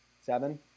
seven